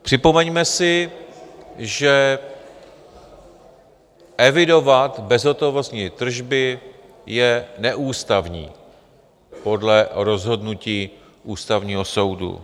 Připomeňme si, že evidovat bezhotovostní tržby je neústavní podle rozhodnutí Ústavního soudu.